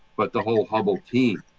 but the whole hubble team.